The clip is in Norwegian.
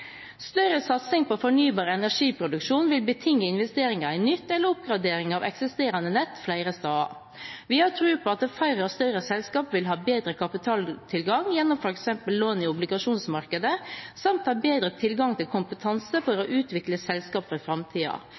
Større satsing på fornybar energiproduksjon vil betinge investeringer i nytt, eller oppgradering av eksisterende nett flere steder. Vi har tro på at færre og større selskap vil ha bedre kapitaltilgang gjennom f.eks. lån i obligasjonsmarkedet, samt ha bedre tilgang til kompetanse for å utvikle selskap for